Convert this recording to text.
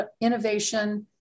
innovation